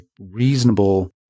reasonable